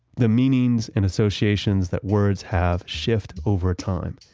the meanings and associations that words have, shift over time,